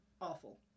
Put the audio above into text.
Awful